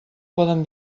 poden